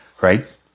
right